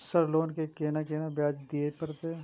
Sir loan के केना ब्याज दीये परतें?